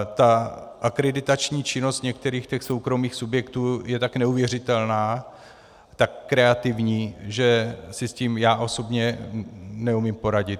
Ta akreditační činnost některých těch soukromých subjektů je tak neuvěřitelná, tak kreativní, že si s tím já osobně neumím poradit.